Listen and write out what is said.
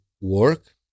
work